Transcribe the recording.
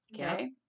Okay